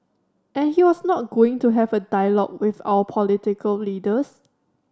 and he was not going to have a dialogue with our political leaders